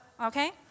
Okay